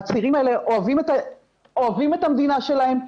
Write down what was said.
הצעירים האלה אוהבים את המדינה שלהם,